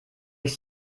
ich